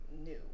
new